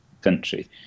country